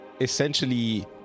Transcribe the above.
essentially